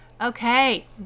Okay